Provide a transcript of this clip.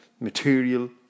material